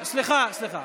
סליחה, סליחה.